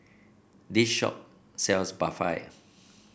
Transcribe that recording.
this shop sells Barfi